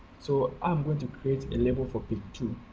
so i'm going to create a label for page two.